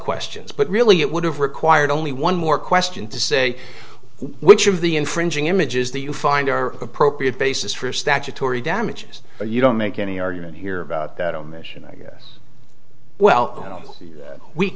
questions but really it would have required only one more question to say which of the infringing images that you find are appropriate basis for statutory damages you don't make any argument here about that omission i guess well